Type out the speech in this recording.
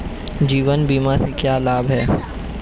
जीवन बीमा से क्या लाभ हैं?